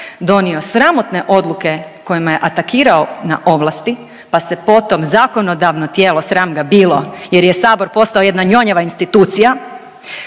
donio sramotne odluke kojima je atakirao na ovlasti, pa se potom zakonodavno tijelo, sram ga bilo jer je sabor postao jedna njonjava institucija,